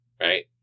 Right